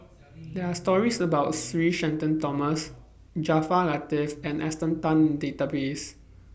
There Are stories about Sir Shenton Thomas Jaafar Latiff and Esther Tan in The Database